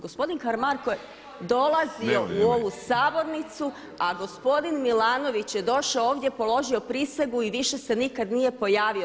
Gospodin Karamarko je dolazio u ovu Sabornicu a gospodin Milanović je došao ovdje, položio prisegu i više se nikad nije pojavio.